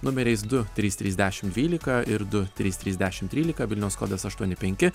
numeriais du trys trys dešimt dvylika ir du trys trys dešimt trylika vilniaus kodas aštuoni penki